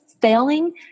failing